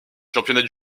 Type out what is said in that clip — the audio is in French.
championnat